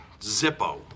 Zippo